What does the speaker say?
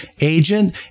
agent